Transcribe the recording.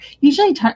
Usually